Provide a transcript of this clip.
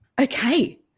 Okay